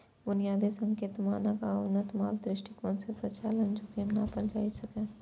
बुनियादी संकेतक, मानक आ उन्नत माप दृष्टिकोण सं परिचालन जोखिम नापल जा सकैए